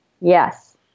Yes